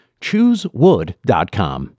Choosewood.com